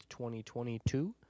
2022